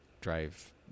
drive